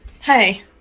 Hey